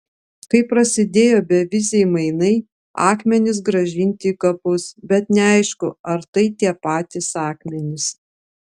kai prasidėjo beviziai mainai akmenys grąžinti į kapus bet neaišku ar tai tie patys akmenys